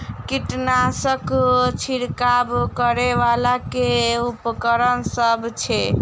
कीटनासक छिरकाब करै वला केँ उपकरण सब छै?